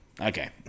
Okay